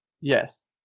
Yes